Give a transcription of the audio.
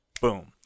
boom